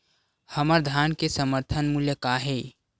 हमर धान के समर्थन मूल्य का हे?